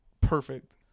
perfect